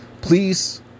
please